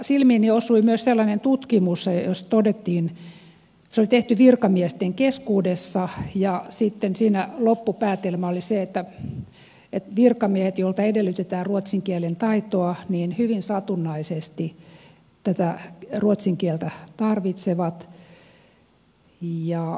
silmiini osui myös sellainen tutkimus joka oli tehty virkamiesten keskuudessa ja sitten siinä loppupäätelmä oli se että virkamiehet joilta edellytetään ruotsin kielen taitoa hyvin satunnaisesti tätä ruotsin kieltä tarvitsevat